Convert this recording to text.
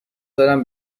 دارم